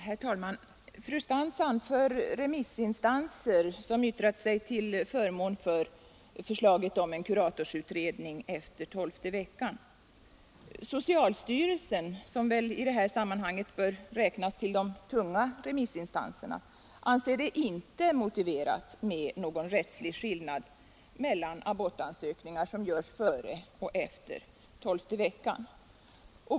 Herr talman! Fru Skantz pekar på remissinstanser som yttrat sig till förmån för förslaget om en kuratorsutredning efter tolfte veckan. Men socialstyrelsen, som väl i detta sammanhang bör räknas till de tunga remissinstanserna, anser det inte motiverat med någon rättslig skillnad mellan abortansökningar som görs före och efter tolfte veckan.